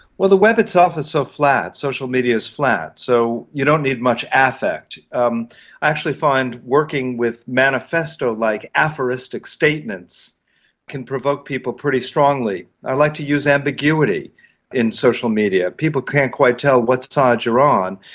well, the web itself is so flat, social media's flat, so you don't need much affect. i um actually find working with manifesto-like aphoristic statements can provoke people pretty strongly. i like to use ambiguity in social media. people can't quite tell what side you're on,